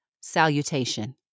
Salutation